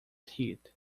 heat